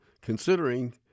considering